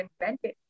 invented